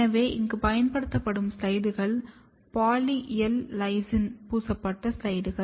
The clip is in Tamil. எனவே இங்கு பயன்படுத்தப்படும் ஸ்லைடுகள் பாலி எல் லைசின் பூசப்பட்ட ஸ்லைடுகள்